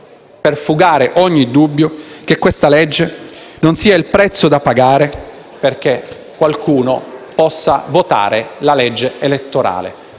per fugare ogni dubbio che questa legge sia il prezzo da pagare perché qualcuno possa votare la legge elettorale.